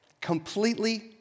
completely